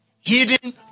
Hidden